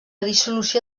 dissolució